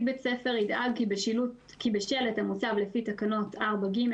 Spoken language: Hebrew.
בית ספר ידאג כי בשלט המוצב לפי תקנות 4(ג),